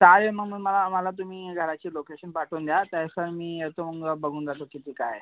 चालेल मग मग मला मला तुम्ही घरची लोकेशन पाठवून द्या त्याचं मी येतो बघून जातो किती काय आहे